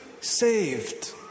saved